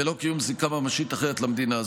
בלא קיום זיקה ממשית אחרת למדינה,